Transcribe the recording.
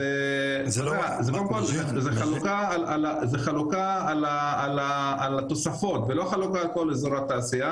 זה חלוקה על התוספות זה לא חלוקה על כל אזורי התעשייה,